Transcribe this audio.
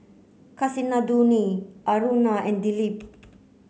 Kasinadhuni Aruna and Dilip